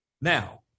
Now